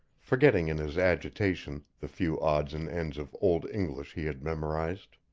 forgetting in his agitation the few odds and ends of old english he had memorized.